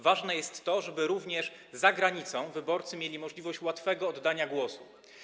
Ważne jest to, żeby również za granicą wyborcy mieli możliwość łatwego oddania głosu.